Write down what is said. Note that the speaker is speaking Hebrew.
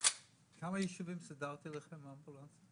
בכמה יישובים סידרתי לכם אמבולנסים?